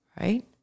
Right